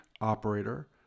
operator